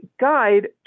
guide